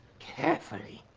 carefully.